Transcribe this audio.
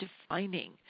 defining